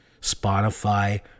Spotify